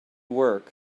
work